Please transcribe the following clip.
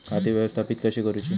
खाती व्यवस्थापित कशी करूची?